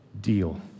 deal